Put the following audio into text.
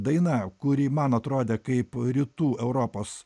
daina kuri man atrodė kaip rytų europos